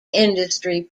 industry